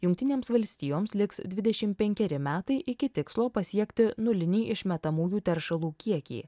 jungtinėms valstijoms liks dvidešim penkeri metai iki tikslo pasiekti nulinį išmetamųjų teršalų kiekį